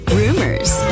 rumors